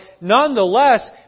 nonetheless